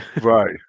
right